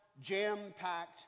jam-packed